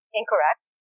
incorrect